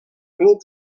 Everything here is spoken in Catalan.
club